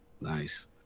Nice